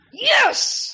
Yes